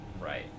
Right